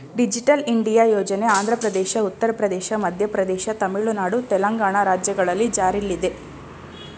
digital India ಯೋಜನೆ ಆಂಧ್ರಪ್ರದೇಶ, ಉತ್ತರ ಪ್ರದೇಶ, ಮಧ್ಯಪ್ರದೇಶ, ತಮಿಳುನಾಡು, ತೆಲಂಗಾಣ ರಾಜ್ಯಗಳಲ್ಲಿ ಜಾರಿಲ್ಲಿದೆ